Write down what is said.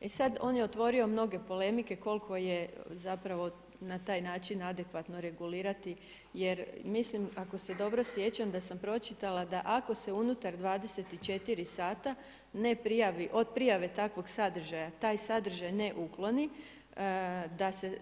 E sad, on je otvorio mnoge polemike koliko je zapravo na taj način adekvatno regulirati jer mislim ako se dobro sjećam da sam pročitala da ako se unutar 24 sata ne prijavi od prijave takvog sadržaja taj sadržaj ne ukloni da se